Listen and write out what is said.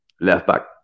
Left-back